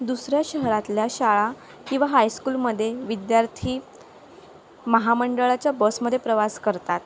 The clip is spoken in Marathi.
दुसऱ्या शहरातल्या शाळा किंवा हायस्कूलमध्ये विद्यार्थी महामंडळाच्या बसमध्ये प्रवास करतात